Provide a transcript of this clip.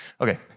Okay